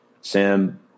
Sam